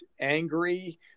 angry